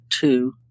two